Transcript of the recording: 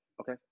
okay